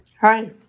Hi